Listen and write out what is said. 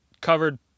covered